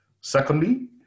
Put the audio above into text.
Secondly